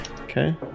Okay